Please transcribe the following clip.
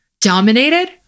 dominated